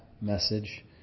message